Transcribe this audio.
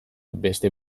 beste